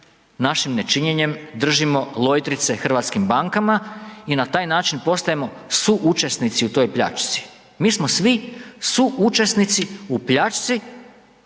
našim nečinjenjem, držimo lojtrice hrvatskim bankama i na taj način postajemo suučesnici u toj pljačci? Mi smo svi suučesnici u pljačci,